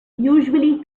usually